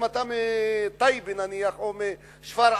ואם אתה מטייבה או משפרעם,